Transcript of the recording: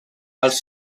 els